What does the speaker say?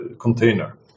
container